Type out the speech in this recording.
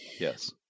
Yes